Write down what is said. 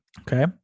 Okay